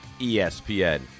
ESPN